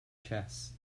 chess